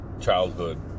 childhood